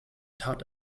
tat